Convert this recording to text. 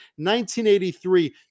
1983